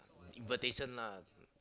invitation lah